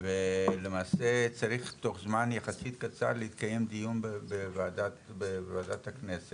למעשה צריך תוך זמן יחסית קצר להתקיים דיון בוועדת הכנסת